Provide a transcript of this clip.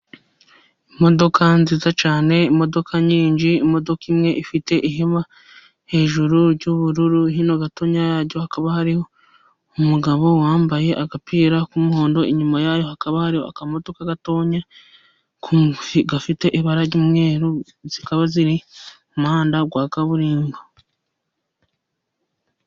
Imodoka nziza cyane, imodoka nyinshi, imodoka imwe ifite ihema hejuru ry'ubururu, hino gatoya yayo hakaba hari umugabo wambaye agapira k'umuhondo. Inyuma yayo hakaba hari akamodoka gatoya gafite ibara ry'umweru, zikaba ziri mu muhanda wa kaburimbo.